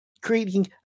creating